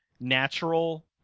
natural